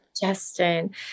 Justin